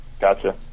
Gotcha